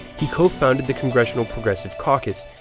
he co-founded the congressional progressive caucus.